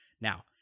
Now